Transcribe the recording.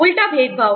उल्टा भेदभाव